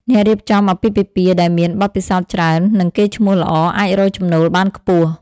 អ្នករៀបចំអាពាហ៍ពិពាហ៍ដែលមាន បទពិសោធន៍ច្រើន និងកេរ្តិ៍ឈ្មោះល្អ អាចរកចំណូលបានខ្ពស់។